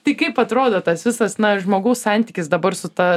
tai kaip atrodo tas visas na žmogaus santykis dabar su ta